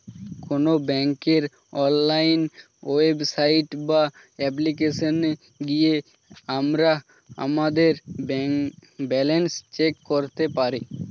কোনো ব্যাঙ্কের online website বা অ্যাপ্লিকেশনে গিয়ে আমরা আমাদের ব্যালেন্স চেক করতে পারি